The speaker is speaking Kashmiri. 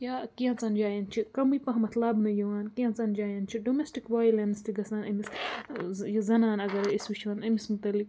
یا کٮ۪نٛژھن جاین چھُ کمٕے پہمتھ لبنہٕ یِوان کٮ۪نٛژھن جاین چھُ ڈوٚمٮ۪سٹِک وایلٮ۪نٕس تہِ گَژھان أمِس زٕ یہِ زنان اگرَے أسۍ وٕچھون أمِس متعلق